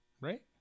right